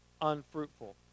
unfruitful